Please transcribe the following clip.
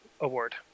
award